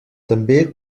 també